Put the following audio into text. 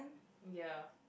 ya